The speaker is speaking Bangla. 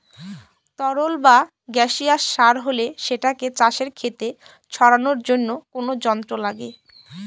তরল বা গাসিয়াস সার হলে সেটাকে চাষের খেতে ছড়ানোর জন্য কোনো যন্ত্র লাগে